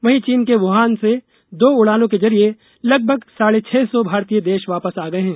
वहीं चीन के वुहान से दो उडानों के जरिये लगभग साढे छह सौ भारतीय देश वापस आ गये है